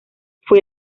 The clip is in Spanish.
fue